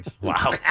Wow